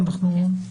כן,